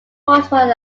bottle